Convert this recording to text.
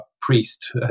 priest